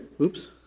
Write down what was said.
Oops